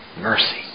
Mercy